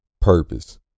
Purpose